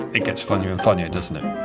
it gets funnier and funnier doesn't it?